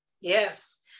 Yes